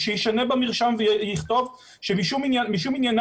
שיישנה במרשם ויכתוב שמשום עניינה